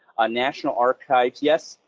national archives, yes,